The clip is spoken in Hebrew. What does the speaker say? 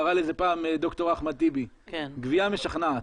קרא לזה פעם ד"ר אחמד טיבי גבייה משכנעת.